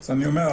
אז אני אומר,